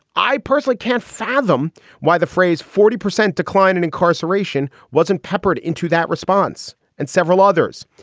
i personally can't fathom why the phrase forty percent decline in incarceration wasn't peppered into that response and several others.